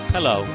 Hello